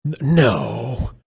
No